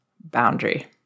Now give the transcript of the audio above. boundary